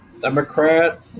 Democrat